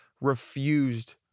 refused